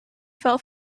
fell